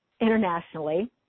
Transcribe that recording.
internationally